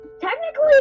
technically